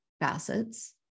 facets